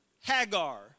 Hagar